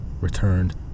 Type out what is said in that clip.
returned